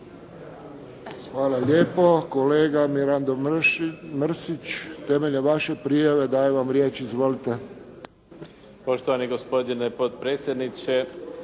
Hvala lijepo. Kolega Mirando Mrsić na temelju vaše prijave dajem vam riječ. Izvolite.